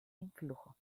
influjo